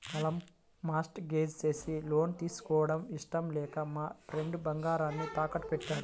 పొలం mortgage చేసి loan తీసుకోవడం ఇష్టం లేక మా ఫ్రెండు బంగారాన్ని తాకట్టుబెట్టాడు